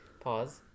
Pause